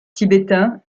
tibétain